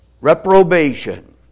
Reprobation